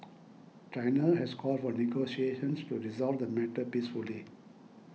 China has called for negotiations to resolve the matter peacefully